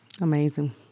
Amazing